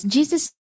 Jesus